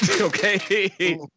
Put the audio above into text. Okay